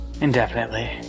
indefinitely